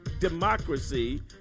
democracy